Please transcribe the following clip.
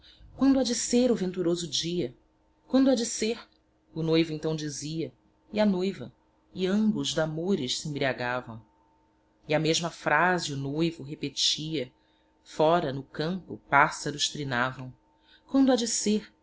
quando há de ser o venturoso dia quando há de ser o noivo então dizia e a noiva e ambos damores sembriagavam e a mesma frase o noivo repetia fora no campo pássaros trinavam quando há de ser